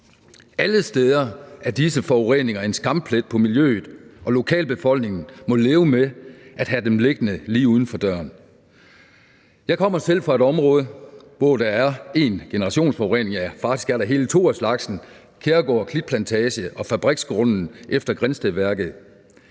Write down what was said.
Alle steder er disse forureninger en skamplet på miljøet, og lokalbefolkningen må leve med at have dem liggende lige uden for døren. Jeg kommer selv fra et område, hvor der er en generationsforurening, ja, faktisk er der hele to af slagsen: Kærgård Klitplantage og fabriksgrunden efter Grindstedværket.